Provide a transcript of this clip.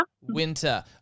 Winter